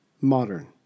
modern